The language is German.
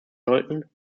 sollten